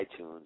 iTunes